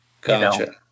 Gotcha